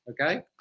okay